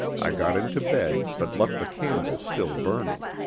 i got into bed, but left the candle still burning.